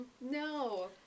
No